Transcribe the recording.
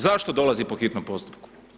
Zašto dolazi po hitnom postupku?